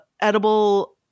edible